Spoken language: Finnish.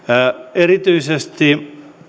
erityisesti